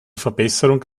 verbesserung